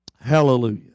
Hallelujah